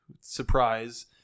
surprise